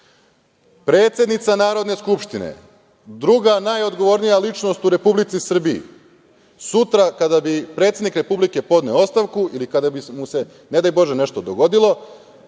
Predsednica Narodne skupštine, druga najodgovornija ličnost u Republici Srbiji, sutra kada bi predsednik Republike podneo ostavku ili kada bi mu se, ne daj Bože, nešto dogodilo,